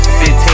15